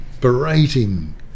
berating